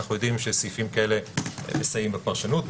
ואנחנו יודעים שסעיפים כאלה מסייעים בפרשנות,